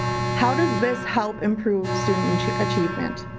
how does this help improve student achievement?